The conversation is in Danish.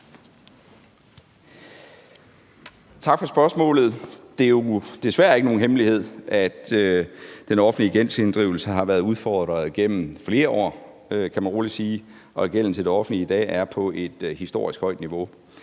Tak for spørgsmålet. Det er jo desværre ikke er nogen hemmelighed, at den offentlige gældsinddrivelse har været udfordret gennem flere år, kan man rolig sige, og at gælden til det offentlige i dag er på et historisk højt niveau.